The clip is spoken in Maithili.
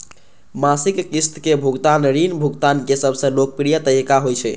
मासिक किस्त के भुगतान ऋण भुगतान के सबसं लोकप्रिय तरीका होइ छै